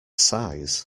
size